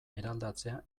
eraldatzea